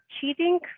cheating